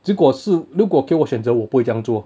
结果是如果给我选择我不会这样做